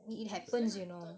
i~ it happens you know